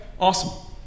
Awesome